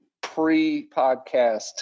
pre-podcast